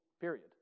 period